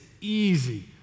easy